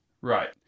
Right